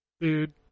Dude